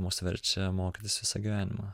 mus verčia mokytis visą gyvenimą